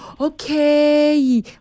Okay